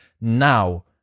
now